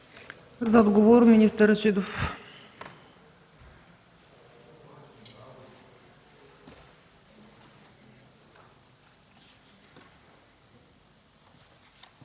За отговор – министър Рашидов.